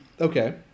Okay